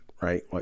right